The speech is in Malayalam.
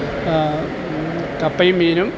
കപ്പയും മീനും